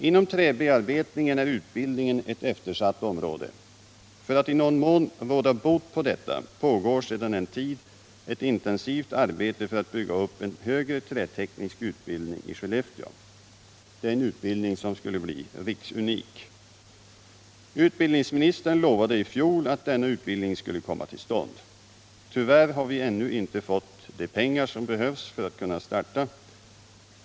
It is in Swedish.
Inom träbearbetningen är utbildningen ett eftersatt område. För att i någon mån råda bot på detta pågår sedan en tid ett intensivt arbete för att bygga upp en högre träteknisk utbildning i Skellefteå. Det är en utbildning som skulle bli riksunik. Utbildningsministern lovade i fjol att denna utbildning skulle komma till stånd. Tyvärr har vi ännu inte fått de pengar som behövs för att kunna starta.